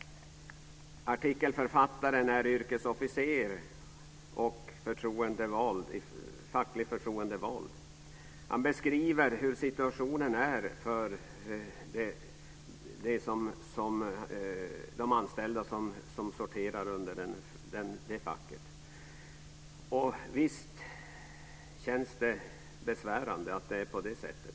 Artikelförfattaren är yrkesofficer och facklig förtroendevald. Han beskriver hur situationen är för de anställda som sorterar under det här facket - och visst känns det besvärande att det är på det sättet!